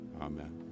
Amen